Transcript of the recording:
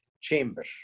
chamber